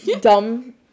Dumb